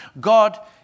God